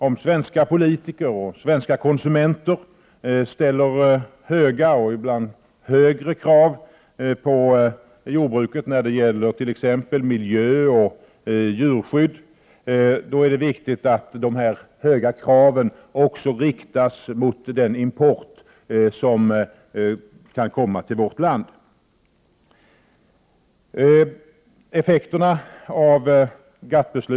Om svenska politiker och svenska konsumenter ställer höga krav — ja, ibland kanske de ställer högre krav än andra — på jordbruket när det gäller t.ex. miljöoch djurskydd, är det viktigt att lika höga krav ställs på de importerade produkter som kan komma att införas i vårt land.